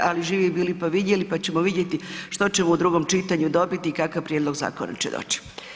Ali živi bili pa vidjeli pa ćemo vidjeti što ćemo u drugom čitanju dobiti i kakav prijedloga zakona će doć.